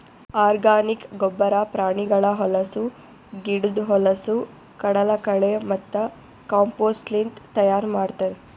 organic ಗೊಬ್ಬರ ಪ್ರಾಣಿಗಳ ಹೊಲಸು, ಗಿಡುದ್ ಹೊಲಸು, ಕಡಲಕಳೆ ಮತ್ತ ಕಾಂಪೋಸ್ಟ್ಲಿಂತ್ ತೈಯಾರ್ ಮಾಡ್ತರ್